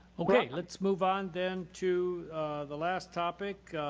let's move on then to the last topic,